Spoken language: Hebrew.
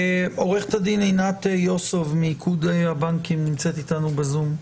עוה"ד עינת יוסוב מאיגוד הבנקים נמצאת איתנו בזום?